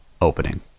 opening